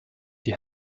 die